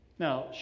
Now